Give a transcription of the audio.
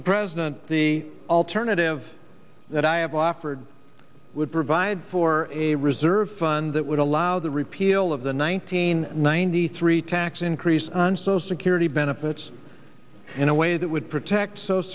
the president the alternative that i have offered would provide for a reserve fund that would allow the repeal of the one nine hundred ninety three tax increase on social security benefits in a way that would protect social